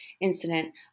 incident